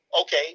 okay